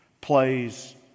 plays